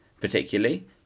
particularly